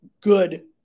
good